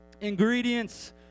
Ingredients